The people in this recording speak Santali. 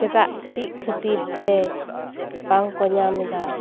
ᱪᱮᱫᱟᱜ ᱪᱮᱫ ᱠᱷᱟᱹᱛᱤᱨᱛᱮ ᱵᱟᱝᱠᱚ ᱧᱟᱢᱮᱫᱟ